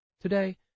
Today